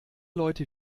leute